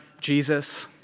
Jesus